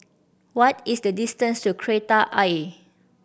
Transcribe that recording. what is the distance to Kreta Ayer